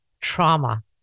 trauma